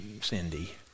Cindy